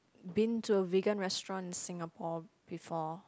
been to a vegan restaurant in Singapore before